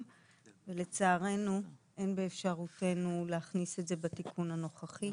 ולצערנו אין באפשרותנו להכניס את זה בתיקון הנוכחי.